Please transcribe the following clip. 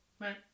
Right